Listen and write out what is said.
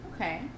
Okay